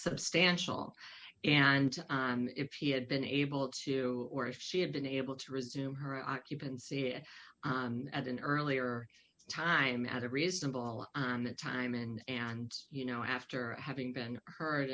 substantial and if he had been able to or if she had been able to resume her occupancy at an earlier time at a reasonable time in and you know after having been